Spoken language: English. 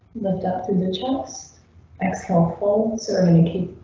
looked up to the chest x cell phone service.